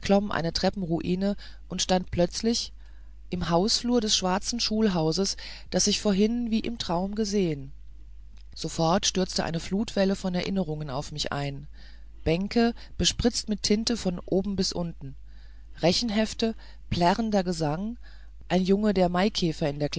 eine treppenruine und stand plötzlich im hausflur des schwarzen schulhauses das ich vorhin wie im traum gesehen sofort stürzte eine flutwelle von erinnerungen auf mich ein bänke bespritzt mit tinte von oben bis unten rechenhefte plärrender gesang ein junge der maikäfer